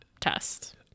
test